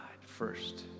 first